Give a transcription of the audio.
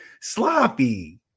sloppy